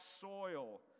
soil